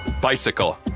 Bicycle